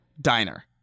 diner